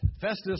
Festus